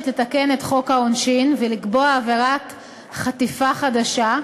לתקן את חוק העונשין ולקבוע עבירת חטיפה חדשה,